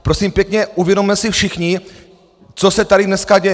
Prosím pěkně, uvědomme si všichni, co se tady dneska děje!